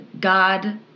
god